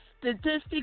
statistics